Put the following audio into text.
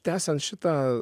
tęsiant šitą